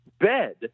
bed